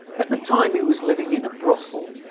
at the time he was living in a brothel.